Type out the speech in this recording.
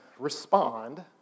respond